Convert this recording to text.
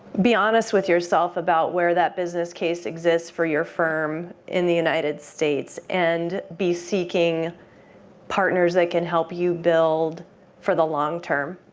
be honest with yourself about where that business case exists for your firm in the united states and be seeking partners that can help you build for the long-term.